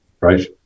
right